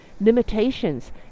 limitations